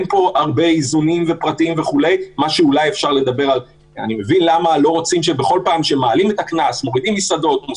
שם נאמר שאם ועדת הכנסת לא